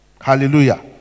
Hallelujah